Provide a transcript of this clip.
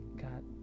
got